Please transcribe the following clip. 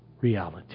reality